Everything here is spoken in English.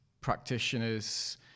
practitioners